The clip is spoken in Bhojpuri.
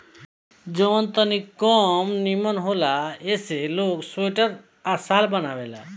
जवन तनी कम निमन होला ऐसे ई लोग स्वेटर आ शाल बनावेला